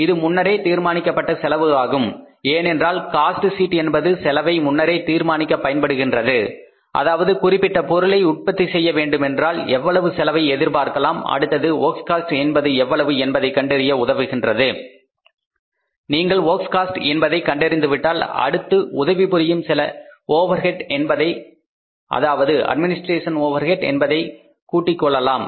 இது முன்னரே தீர்மானிக்கப்பட்ட செலவு ஆகும் ஏனென்றால் காஸ்ட் ஷீட் என்பது செலவை முன்னரே தீர்மானிக்க பயன்படுகின்றது அதாவது குறிப்பிட்ட பொருளை உற்பத்தி செய்ய வேண்டுமென்றால் எவ்வளவு செலவை எதிர்பார்க்கலாம் அடுத்தது வொர்க்ஸ் காஸ்ட் என்பது எவ்வளவு என்பதை கண்டறிய உதவுகின்றது நீங்கள் வொர்க்ஸ் காஸ்ட் என்பதை கண்டறிந்துவிட்டால் அடுத்து உதவி புரியும் சில ஓவர்ஹெட் என்பதை அதாவது அட்மினிஸ்ட்ரேஷன் ஓவர்ஹெட் என்பதை கூட்டிக் கொள்ளலாம்